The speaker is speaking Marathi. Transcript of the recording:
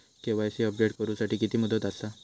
के.वाय.सी अपडेट करू साठी किती मुदत आसा?